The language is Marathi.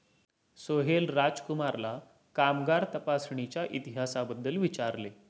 सोहेल राजकुमारला कामगार तपासणीच्या इतिहासाबद्दल विचारले